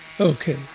Okay